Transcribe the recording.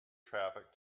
traffic